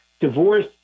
Divorce